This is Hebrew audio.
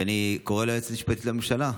ואני קורא ליועצת המשפטית לממשלה: